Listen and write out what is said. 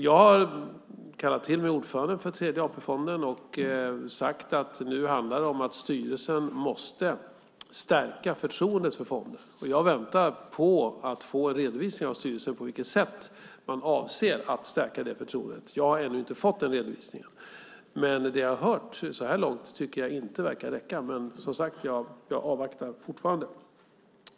Jag har kallat till mig ordföranden för Tredje AP-fonden och sagt att nu handlar det om att styrelsen måste stärka förtroendet för fonden. Jag väntar på att få en redovisning av styrelsen av på vilket sätt man avser att stärka förtroendet. Jag har ännu inte fått den redovisningen, men det jag har hört så här långt tycker jag inte verkar räcka. Men jag avvaktar fortfarande.